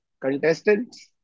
contestants